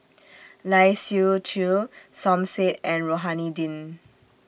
Lai Siu Chiu Som Said and Rohani Din